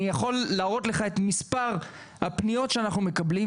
אני יכול להראות לך את מספר הפניות שאנחנו מקבלים.